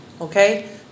Okay